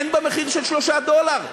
אין בה מחיר של 3 דולר.